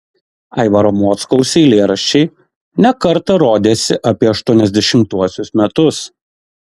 aivaro mockaus eilėraščiai ne kartą rodėsi apie aštuoniasdešimtuosius metus